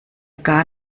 gar